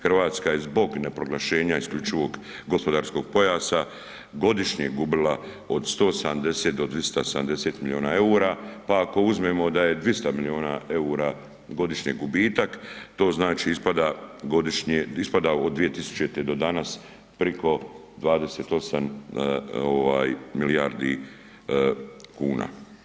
Hrvatska je zbog ne proglašenja isključivog gospodarskog pojasa godišnje gubila od 170 do 270 milijuna eura, pa ako uzmemo da je 200 milijuna eura godišnje gubitak to znači ispada godišnje ispada od 2000. do danas priko 28 milijardi kuna.